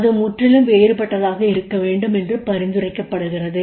அது முற்றிலும் வேறுபட்டதாக இருக்க வேண்டும் என்று பரிந்துரைக்கப்படுகிறது